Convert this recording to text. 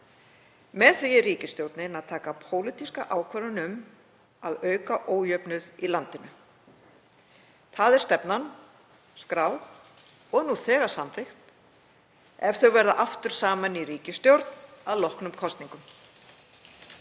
Með því er ríkisstjórnin að taka pólitíska ákvörðun um að auka ójöfnuð í landinu. Það er stefnan, skráð og nú þegar samþykkt, ef þau verða aftur saman í ríkisstjórn að loknum kosningum.